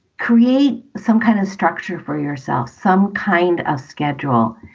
create some kind of structure for yourself, some kind of schedule.